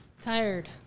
Tired